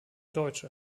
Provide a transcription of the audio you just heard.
deutsche